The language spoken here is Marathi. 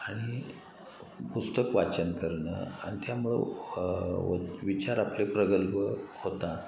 आणि पुस्तक वाचन करणं आणि त्यामुळं विचार आपले प्रगल्भ होतात